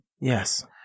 Yes